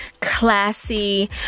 classy